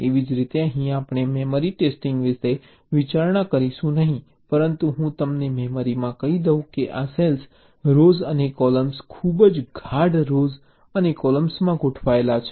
એવી જ રીતે અહીં આપણે મેમરી ટેસ્ટિંગ વિશે વિચારણા કરીશું નહીં પરંતુ હું તમને મેમરીમાં કહી દઉં કે આ સેલ્સ રોઝ અને કૉલમ ખૂબ જ ગાઢ રોઝ અને કૉલમમાં ગોઠવાયેલા છે